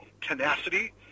tenacity